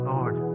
Lord